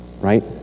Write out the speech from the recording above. Right